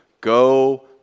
go